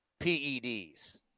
PEDs